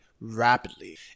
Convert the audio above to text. rapidly